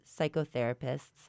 psychotherapists